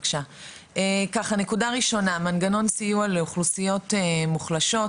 נקודה ראשונה, מנגנון סיוע לאוכלוסיות מוחלשות,